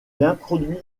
introduit